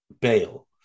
bail